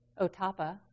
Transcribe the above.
Otapa